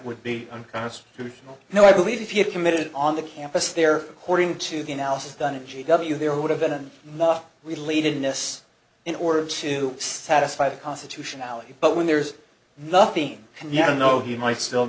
would be unconstitutional no i believe if you committed on the campus there according to the analysis done in g w there would have been not relatedness in order to satisfy the constitutionality but when there's nothing you know you might still